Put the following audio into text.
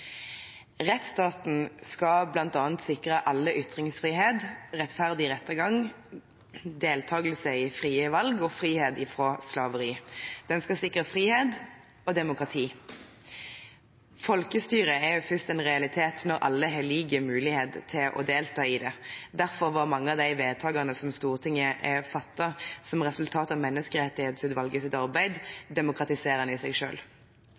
Rettsstaten skal bl.a. sikre alle ytringsfrihet, rettferdig rettergang, deltakelse i frie valg og frihet fra slaveri. Den skal sikre frihet og demokrati. Folkestyret er først en realitet når alle har like muligheter til å delta i det. Derfor var mange av de vedtakene som Stortinget fattet som resultat av Menneskerettighetsutvalgets arbeid, demokratiserende i seg